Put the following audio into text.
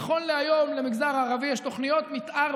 נכון להיום למגזר הערבי יש תוכניות מתאר